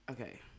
Okay